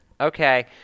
Okay